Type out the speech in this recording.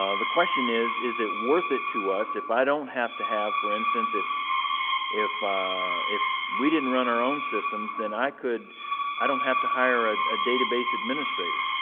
ah the question is, is it worth it to us if i don't have to have for instance, if if we didn't run our own systems then i could i don't have to hire a ah database administrator,